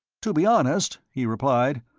to be honest, he replied,